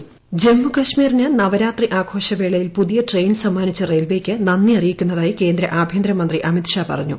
voice ജമ്മുകാശ്മീരിന് നവരാത്രി ആഘോഷവേളയിൽ പുതിയ ട്രെയിൻ സമ്മാനിച്ചു റെയിൽവേയ്ക്ക് നന്ദി അറിയിക്കുന്നതായി കേന്ദ്ര ആഭ്യന്തര മന്ത്രി അമിത് ഷാ പറഞ്ഞു